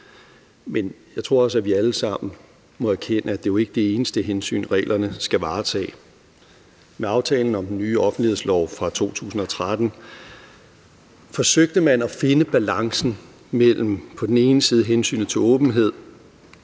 Men jeg tror også, at vi alle sammen må erkende, at det jo ikke er det eneste hensyn, reglerne skal varetage. Med aftalen om den nye offentlighedslov fra 2013 forsøgte man at finde balancen mellem på den ene side hensynet til åbenhed